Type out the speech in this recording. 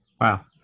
Wow